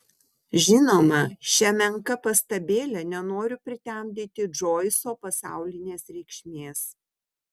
žinoma šia menka pastabėle nenoriu pritemdyti džoiso pasaulinės reikšmės